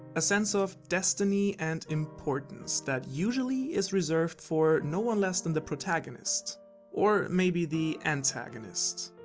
a sense of destiny and importance that usually is reserved for no one less than the protagonist or maybe the antagonist.